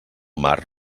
mar